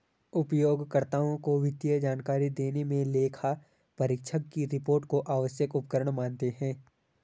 उपयोगकर्ताओं को वित्तीय जानकारी देने मे लेखापरीक्षक की रिपोर्ट को आवश्यक उपकरण मानते हैं